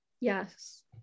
Yes